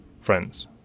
friends